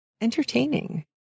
entertaining